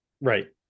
Right